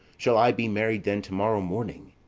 shall i be married then to-morrow morning?